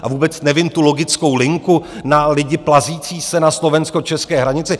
A vůbec nevím tu logickou linku na lidi plazící se na slovenskočeské hranici.